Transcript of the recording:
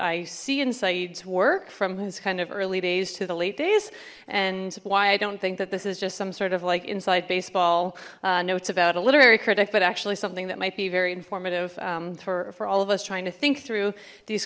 i see in sides work from his kind of early days to the late days and why i don't think that this is just some sort of like inside baseball notes about a literary critic but actually something that might be very informative for all of us trying to think through these